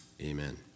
amen